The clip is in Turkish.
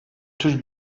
tür